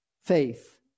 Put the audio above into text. faith